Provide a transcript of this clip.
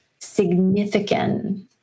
significant